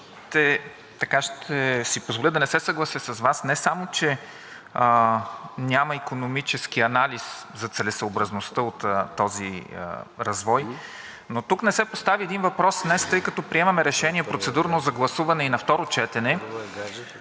Дунчев, ще си позволя да не се съглася с Вас. Не само че няма икономически анализ за целесъобразността от този развой, но тук днес не се постави един въпрос, тъй като приемаме процедурно решение за гласуване и на второ четене,